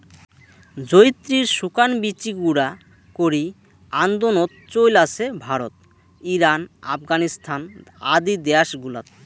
জয়িত্রির শুকান বীচি গুঁড়া করি আন্দনোত চৈল আছে ভারত, ইরান, আফগানিস্তান আদি দ্যাশ গুলাত